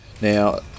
Now